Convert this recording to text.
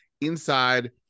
inside